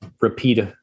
repeat